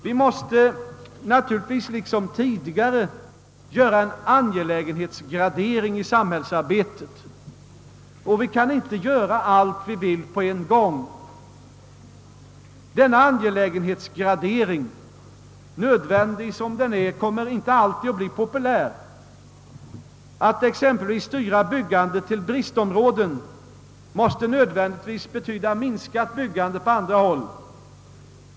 Vi måste naturligtvis, liksom tidigare, företaga en angelägenhetsgradering i samhällsarbetet vi kan inte göra allt vi vill på en gång. Denna nödvändiga angelägenhetsgradering kommer inte alltid att bli populär. Att exempelvis styra byggandet till bristområden måste betyda minskat byggande på andra håll.